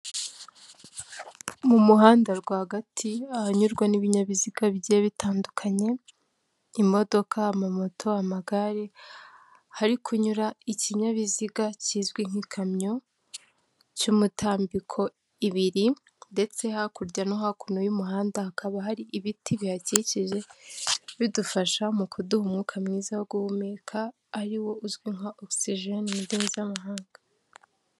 Mu muhanda rwagati ahanyurwa n'ibinyabiziga bigiye bitandukanye: imodoka, amamoto, amagare, hari kunyura ikinyabiziga kizwi nk'ikamyo cy'imitambiko ibiri; ndetse hakurya no hakuno y'umuhanda hakaba hari ibiti bihakikije, bidufasha mu kuduha umwuka mwiza wo guhumeka ari wo uzwi nka oxygen mu ndimi z'amahanga.